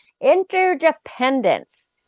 interdependence